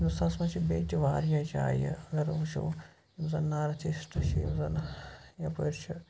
ہندُستانَس منٛز چھِ بیٚیہِ تہِ واریاہ جایہِ اگر وٕچھو یِم زَن نارٕتھ ایٖسٹ چھِ یِم زَن یَپٲرۍ چھُ